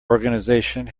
organisation